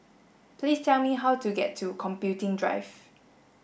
please tell me how to get to Computing Drive